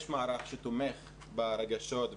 יש מערך שתומך ברגשות,